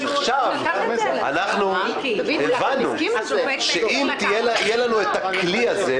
הבנו שאם יהיה לנו את הכלי הזה,